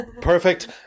Perfect